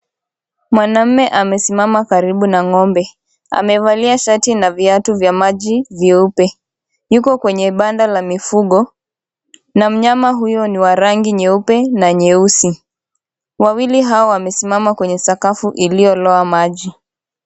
Mwanamume amesimama karibu na ng'ombe. Amevalia shati na viatu vya maji vyeupe. Yuko kwenye banda la mifugo, na mnyama huyo ni wa rangi nyeupe na nyeusi. Wawili hao wamesimama kwenye sakafu iliyo loa maji.